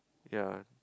yea